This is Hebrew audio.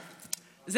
רבה,